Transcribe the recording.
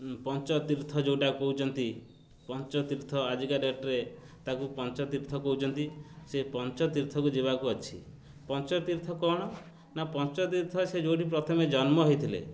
ପଞ୍ଚ ତୀର୍ଥ ଯେଉଁଟା କହୁଛନ୍ତି ପଞ୍ଚ ତୀର୍ଥ ଆଜିକା ଡେଟ୍ରେ ତାକୁ ପଞ୍ଚ ତୀର୍ଥ କହୁଛନ୍ତି ସେ ପଞ୍ଚ ତୀର୍ଥକୁ ଯିବାକୁ ଅଛି ପଞ୍ଚ ତୀର୍ଥ କ'ଣ ନା ପଞ୍ଚ ତୀର୍ଥ ସେ ଯେଉଁଠି ପ୍ରଥମେ ଜନ୍ମ ହେଇଥିଲେ